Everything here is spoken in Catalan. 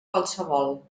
qualsevol